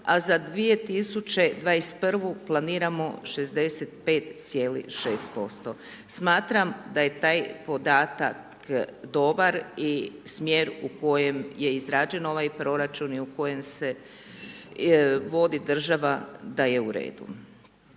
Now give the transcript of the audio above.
a za 2021. planiramo 65,6%. Smatram da je taj podatak dobar i smjer u kojem je izrađen ovaj proračun i u kojem se vodi država da je u redu.